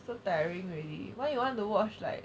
so tiring already why you want to watch like